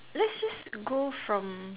let's just go from